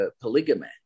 polygamy